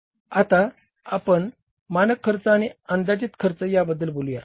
आता आपण मानक खर्च आणि अंदाजित खर्च याबद्दल बोलूया